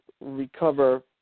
recover